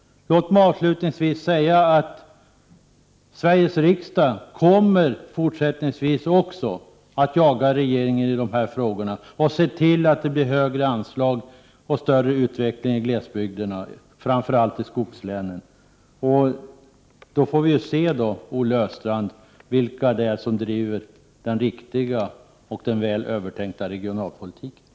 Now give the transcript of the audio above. Låt mig avslutningsvis säga att Sveriges riksdag också fortsättningsvis kommer att jaga regeringen i dessa frågor och se till att det blir högre anslag och mer utveckling i glesbygderna, framför allt i skogslänen. Då får vi se, Olle Östrand, vilka det är som driver den riktiga och den väl övertänkta regionalpolitiken.